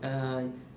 uh